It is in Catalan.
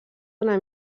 una